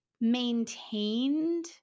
maintained